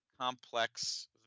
complex